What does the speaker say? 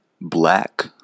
Black